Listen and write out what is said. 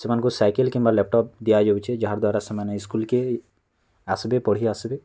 ସେମାନଙ୍କୁ ସାଇକେଲ୍ କିମ୍ବା ଲାପଟପ୍ ଦିଆ ଯାଉଛେ ଯାହାର୍ ଦ୍ଵାରା ସେମାନେ ସ୍କୁଲ୍ କେ ଆସ୍ବେ ପଢ଼ି ଆସ୍ବେ